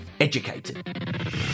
educated